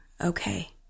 Okay